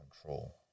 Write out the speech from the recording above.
control